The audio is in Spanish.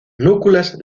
núculas